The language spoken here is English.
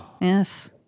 Yes